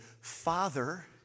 father